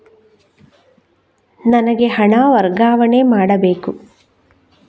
ನನಗೆ ಹಣ ವರ್ಗಾವಣೆ ಮಾಡಬೇಕು